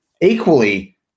Equally